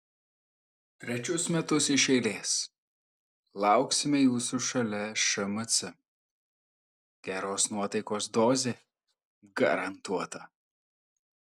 trečius metus iš eiles lauksime jūsų šalia šmc geros nuotaikos dozė garantuota